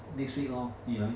next week lor 你来